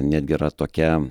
netgi yra tokia